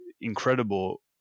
incredible